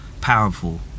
powerful